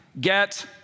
get